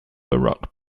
baroque